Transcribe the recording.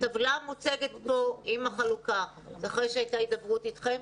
הטבלה המוצגת פה עם החלוקה זה אחרי שהייתה הידברות אתכם?